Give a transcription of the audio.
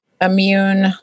immune